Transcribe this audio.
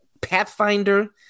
Pathfinder